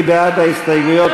מי בעד ההסתייגויות?